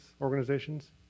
organizations